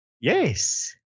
Yes